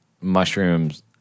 mushrooms